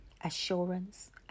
assurance